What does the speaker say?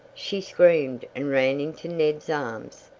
she screamed and ran into ned's arms.